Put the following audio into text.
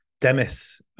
Demis